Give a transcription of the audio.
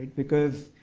because